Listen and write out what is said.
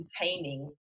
entertaining